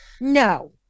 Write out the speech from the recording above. No